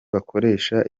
bakoresha